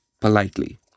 politely